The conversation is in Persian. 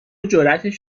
جراتش